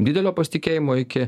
didelio pasitikėjimo iki